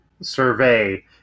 survey